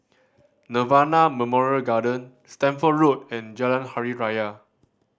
Nirvana Memorial Garden Stamford Road and Jalan Hari Raya